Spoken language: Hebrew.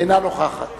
אינה נוכחת